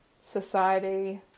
society